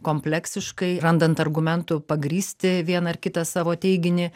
kompleksiškai randant argumentų pagrįsti vieną ar kitą savo teiginį